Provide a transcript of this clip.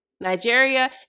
Nigeria